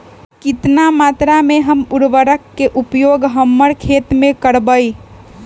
कितना मात्रा में हम उर्वरक के उपयोग हमर खेत में करबई?